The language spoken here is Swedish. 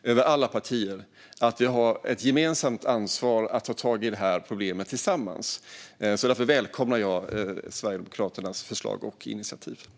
i alla partier ser att vi har ett gemensamt ansvar att ta tag i detta problem tillsammans. Jag välkomnar därför Sverigedemokraternas förslag och initiativ.